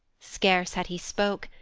scarce had he spoke,